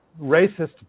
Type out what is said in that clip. racist